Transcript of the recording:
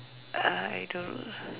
I don't know